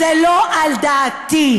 זה לא על דעתי.